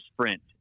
sprint